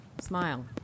smile